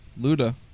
Luda